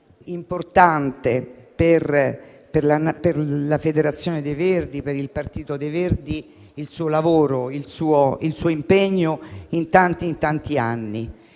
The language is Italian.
importante, per la federazione e per il partito dei Verdi, il suo lavoro e il suo impegno in tanti anni.